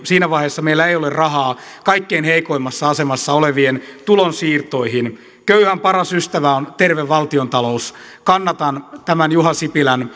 siinä vaiheessa meillä ei ole rahaa kaikkein heikoimmassa asemassa olevien tulonsiirtoihin köyhän paras ystävä on terve valtiontalous kannatan tämän juha sipilän